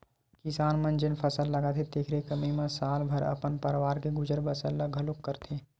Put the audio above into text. किसान मन जेन फसल लगाथे तेखरे कमई म साल भर अपन परवार के गुजर बसर ल घलोक करथे